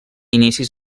inicis